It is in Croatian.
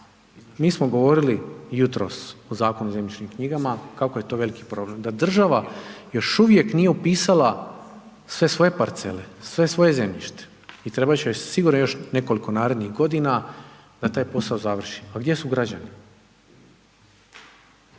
Mi smo govorili jutros o Zakonu o zemljišnim knjigama, kako je to veliki problem, da država još uvijek nije upisala sve svoje parcele, sve svoje zemljište i trebati će joj sigurno još nekoliko narednih godina da taj posao završi. A gdje su građani?